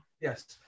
Yes